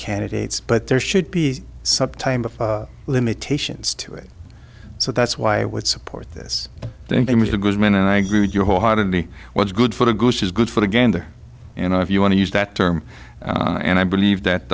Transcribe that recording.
candidates but there should be sub time of limitations to it so that's why i would support this thing with a good man and i agree with you wholeheartedly what's good for the goose is good for the gander you know if you want to use that term and i believe that